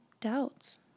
doubts